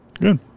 good